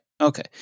Okay